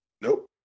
Nope